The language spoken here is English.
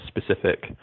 specific